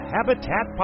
Habitat